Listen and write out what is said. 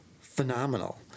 phenomenal